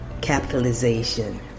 capitalization